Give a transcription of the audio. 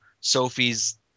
Sophie's